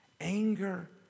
Anger